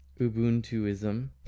Ubuntuism